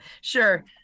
Sure